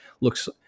looks